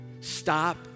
stop